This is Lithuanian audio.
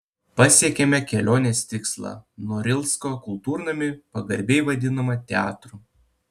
pasiekėme kelionės tikslą norilsko kultūrnamį pagarbiai vadinamą teatru